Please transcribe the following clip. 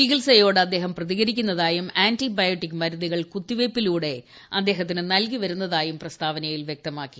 ചികിത്സയോട് അദ്ദേഹ്ലാറ്റ് പ്രതികരിക്കുന്നതായും ആന്റിബയോട്ടിക് മരുന്നുകൾ കുത്തിരൂപയ്പിലൂടെ അദ്ദേഹത്തിന് നൽകി വരുന്നതായും പ്രസ്താവനിയിൽ വ്യക്തമാക്കി